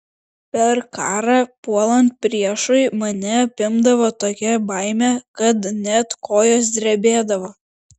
per karą puolant priešui mane apimdavo tokia baimė kad net kojos drebėdavo